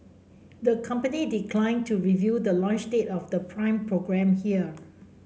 the company declined to reveal the launch date of the Prime programme here